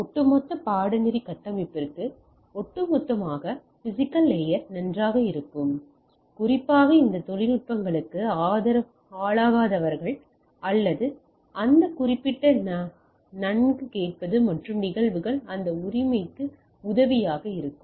ஒட்டுமொத்த பாடநெறி கட்டமைப்பிற்கு ஒட்டுமொத்தமாக பிஸிக்கல் லேயர் நன்றாக இருக்கும் குறிப்பாக இந்த தொழில்நுட்பங்களுக்கு ஆளாகாதவர்கள் அல்லது இந்த குறிப்பிட்ட நன்கு கேட்பது மற்றும் நிகழ்வுகள் அந்த உரிமைக்கு உதவியாக இருக்கும்